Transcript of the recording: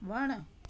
वण